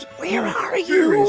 where are you?